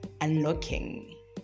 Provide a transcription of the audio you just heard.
unlocking